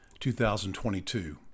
2022